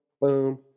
boom